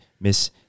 Miss